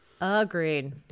agreed